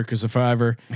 survivor